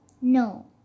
No